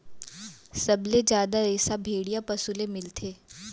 सबले जादा रेसा भेड़िया पसु ले मिलथे